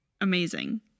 Amazing